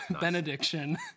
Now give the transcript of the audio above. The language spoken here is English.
benediction